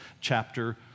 chapter